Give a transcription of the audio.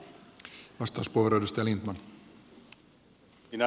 arvoisa puhemies